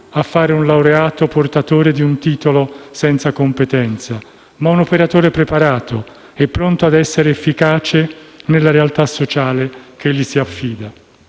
più un laureato portatore di un titolo senza competenza, ma un operatore preparato e pronto a essere efficace nella realtà sociale che gli si affida.